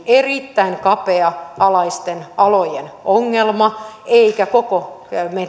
erittäin kapea alaisten alojen ongelma eikä koko